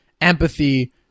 empathy